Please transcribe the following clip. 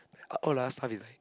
a~all the other stuff is like